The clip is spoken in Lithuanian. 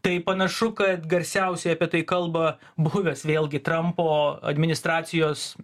tai panašu kad garsiausiai apie tai kalba buvęs vėlgi trampo administracijos